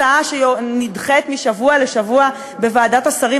הצעה שנדחית משבוע לשבוע בוועדת השרים,